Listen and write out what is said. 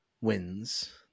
wins